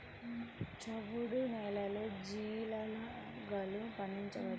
చవుడు నేలలో జీలగలు పండించవచ్చా?